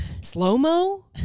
Slow-mo